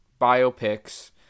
biopics